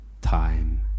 time